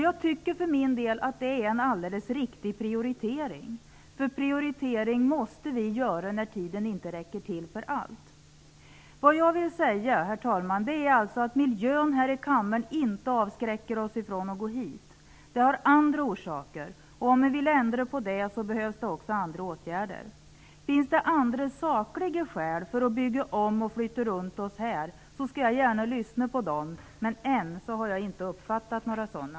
Jag tycker för min del att det är en alldeles riktig prioritering, för prioritera måste vi göra när tiden inte räcker till för allt. Vad jag vill säga, herr talman, är att miljön i kammaren inte avskräcker oss från att gå hit. Den höga frånvaron har andra orsaker, och om vi vill ändra på det behövs också andra åtgärder. Finns det andra, sakliga, skäl för att bygga om och flytta runt oss skall jag gärna lyssna på dem, men än har jag inte uppfattat några sådana.